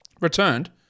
Returned